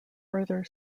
further